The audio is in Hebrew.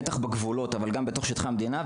בטח בגבולות אבל גם בתוך שטחי המדינה.